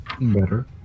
Better